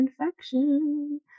infection